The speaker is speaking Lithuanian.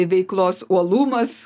veiklos uolumas